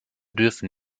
dürfen